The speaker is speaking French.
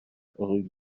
rue